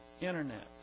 Internet